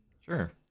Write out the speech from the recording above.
sure